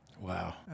Wow